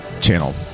channel